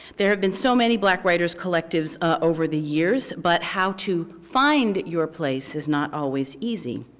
there have been so many black writers collectives ah over the years, but how to find your place is not always easy.